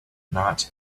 not